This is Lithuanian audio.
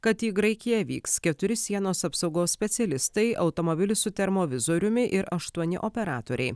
kad į graikiją vyks keturi sienos apsaugos specialistai automobilis su termo vizoriumi ir aštuoni operatoriai